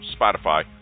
Spotify